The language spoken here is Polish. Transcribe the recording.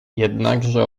jednakże